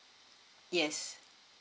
yes